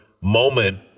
moment